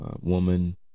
Woman